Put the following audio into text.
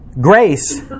Grace